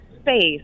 space